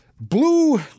blue